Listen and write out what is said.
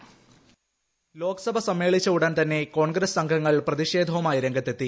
voice Lok Sabha സമ്മേളിച്ച ഉടൻ തന്നെ കോൺഗ്രസ് അംഗങ്ങൾ പ്രതിഷേധവുമായി രംഗത്തെത്തി